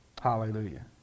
Hallelujah